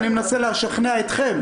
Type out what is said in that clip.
אני מנסה לשכנע אתכם.